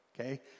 okay